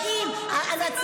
אין בעיה.